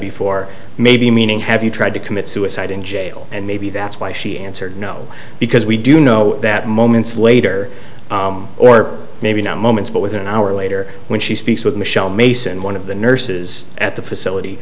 before maybe meaning have you tried to commit suicide in jail and maybe that's why she answered no because we do know that moments later or maybe not moments but within an hour later when she speaks with michelle mason one of the nurses at the facility